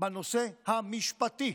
בנושא המשפטי,